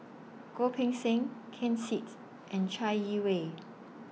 Goh Poh Seng Ken Seet's and Chai Yee Wei